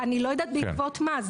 אני לא יודעת בעקבות מה.